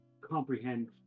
comprehend